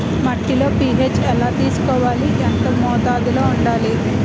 మట్టిలో పీ.హెచ్ ఎలా తెలుసుకోవాలి? ఎంత మోతాదులో వుండాలి?